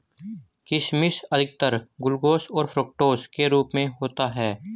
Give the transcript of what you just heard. किशमिश अधिकतर ग्लूकोस और फ़्रूक्टोस के रूप में होता है